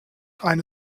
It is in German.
eine